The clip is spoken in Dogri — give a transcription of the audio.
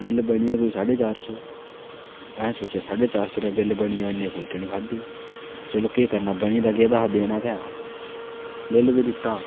बिल्ल बनी गेआ कोई साढ़े चार सो असें सोचेआ साढ़े चार सौ बिल्ल बनी गेआ इन्ने फुलके निं खाद्धे चलो केह् करना बनी ते गेदा हा देना ते ऐ हा बिल्ल बी दित्ता